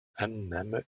annahme